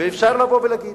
אפשר לבוא ולהגיד,